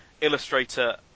illustrator